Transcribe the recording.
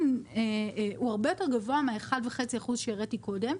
הוא הרבה יותר גבוה מהאחוז וחצי שהראיתי קודם,